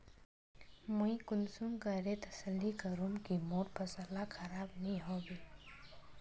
मुई कुंसम करे तसल्ली करूम की मोर फसल ला खराब नी होबे?